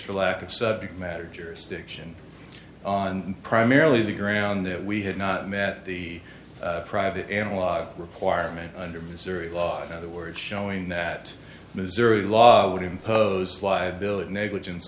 for lack of subject matter jurisdiction on primarily the ground that we had not met the private analog requirement under missouri law for the words showing that missouri law would impose liability negligence